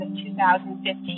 2015